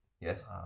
yes